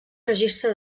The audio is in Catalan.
registre